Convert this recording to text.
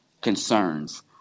concerns